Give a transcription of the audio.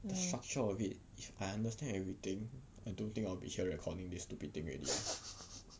the structure of it if I understand everything I don't think I will be recording this stupid thing already